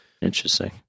Interesting